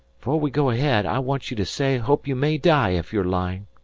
fore we go ahead, i want you to say hope you may die if you're lyin'.